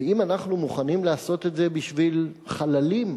ואם אנחנו מוכנים לעשות את זה בשביל חללים,